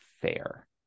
fair